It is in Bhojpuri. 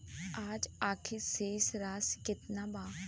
आज खातिर शेष राशि केतना बा?